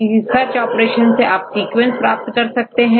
किसी भी search option से आप सीक्वेंस प्राप्त कर सकते हैं